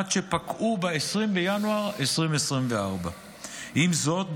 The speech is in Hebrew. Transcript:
עד שפקעו ב-20 בינואר 2024. עם זאת,